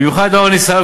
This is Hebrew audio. במיוחד לאור הניסיון,